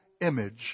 image